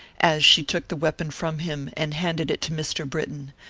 as she took the weapon from him and handed it to mr. britton,